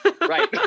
Right